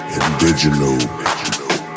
indigenous